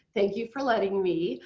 thank you for letting me.